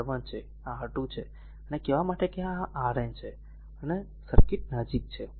આ r R1 છે આ r R2 છે અને કહેવા માટે કે આr Rn છે અને સર્કિટ નજીક છે